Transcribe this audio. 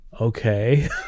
okay